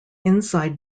inside